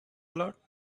lot